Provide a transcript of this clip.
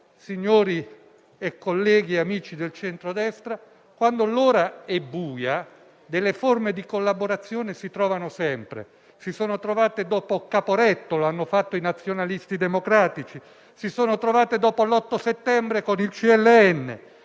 signori, colleghi e amici del centrodestra, quando l'ora è buia, delle forme di collaborazione si trovano sempre: si sono trovate dopo Caporetto, lo hanno fatto i nazionalisti democratici; si sono trovate dopo l'8 settembre con il